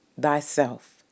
thyself